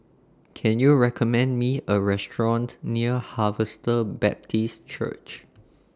Can YOU recommend Me A Restaurant near Harvester Baptist Church